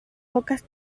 pocas